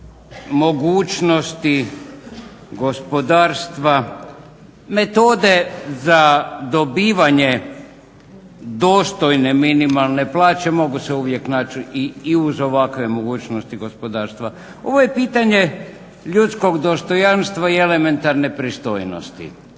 mogućnosti gospodarstva. Metode za dobivanje dostojne minimalne plaće mogu se uvijek naći i uz ovakve mogućnosti gospodarstva. Ovo je pitanje ljudskog dostojanstva i elementarne pristojnosti.